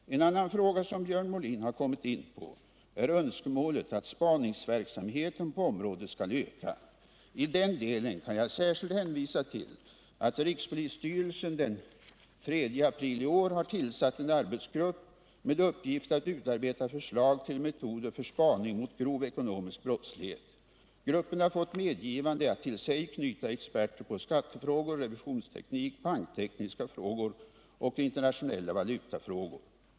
En annan fråga som Björn Molin har kommit in på är önskemålet att spaningsverksamheten på området skall öka. I den delen kan jag särskilt hänvisa till att rikspolisstyrelsen den 3 april i år har tillsatt en arbetsgrupp med uppgift att utarbeta förslag till metoder för spaning mot grov ekonomisk brottslighet. Gruppen har fått medgivande att till sig knyta experter på skattefrågor, revisionsteknik, banktekniska frågor och internationella valutafrågor.